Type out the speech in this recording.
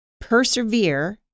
persevere